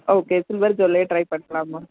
okay silver ஜுவெல்லே try பண்ணலாமா